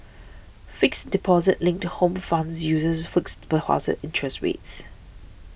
fixed deposit linked home funds uses fixed deposit interest rates